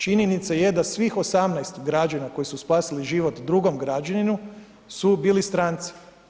Činjenica je da svih 18 građana koji su spasili život drugom građaninu su bili stranci.